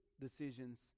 decisions